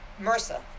MRSA